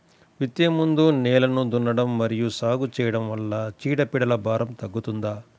విత్తే ముందు నేలను దున్నడం మరియు సాగు చేయడం వల్ల చీడపీడల భారం తగ్గుతుందా?